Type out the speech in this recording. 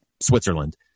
Switzerland